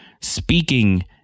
Speaking